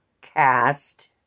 cast